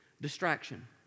distraction